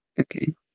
Okay